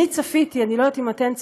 אני צפיתי אני לא יודעת אם אתן צפיתן,